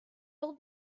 old